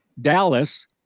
Dallas